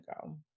go